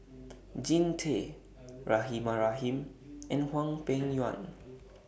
Jean Tay Rahimah Rahim and Hwang Peng Yuan